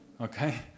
Okay